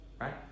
Right